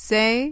Say